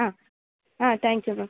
thank you ma'am